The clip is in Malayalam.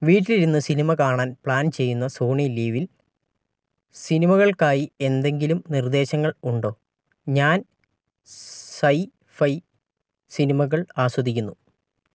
വീട്ടിലിരുന്ന് സിനിമ കാണാൻ പ്ലാൻ ചെയ്യുന്നു സോണി ലീവിൽ സിനിമകൾക്കായി എന്തെങ്കിലും നിർദ്ദേശങ്ങൾ ഉണ്ടോ ഞാൻ സൈ ഫൈ സിനിമകൾ ആസ്വദിക്കുന്നു